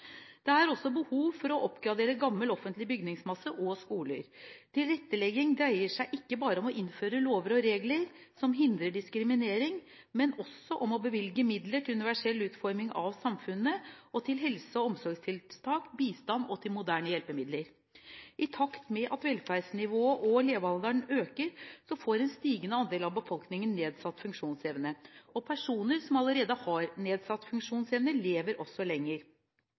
Det er også behov for å oppgradere gammel offentlig bygningsmasse og skoler. Tilrettelegging dreier seg ikke bare om å innføre lover og regler som hindrer diskriminering, men også om å bevilge midler til universell utforming av samfunnet og til helse- og omsorgstiltak, bistand og moderne hjelpemidler. I takt med at velferdsnivået og levealderen øker, får en stigende andel av befolkningen nedsatt funksjonsevne. Personer som allerede har nedsatt funksjonsevne, lever også lenger.